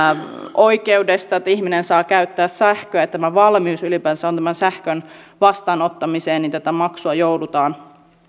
oikeudesta että ihminen saa käyttää sähköä ja tämä valmius ylipäätänsä on sähkön vastaanottamiseen tätä maksua joudutaan